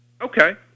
Okay